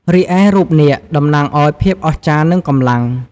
រីឯរូបនាគ តំណាងឱ្យ ភាពអស្ចារ្យ និងកម្លាំង។